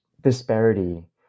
disparity